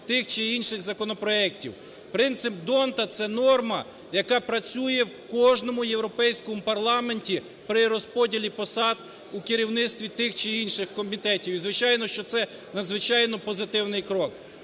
Принцип д'Ондта – це норма, яка працює в кожному європейському парламенті при розподілі посад у керівництві тих чи інших комітетів і, звичайно, що це надзвичайно позитивний крок.